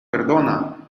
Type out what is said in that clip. perdona